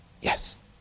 Yes